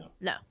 No